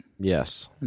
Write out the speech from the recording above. Yes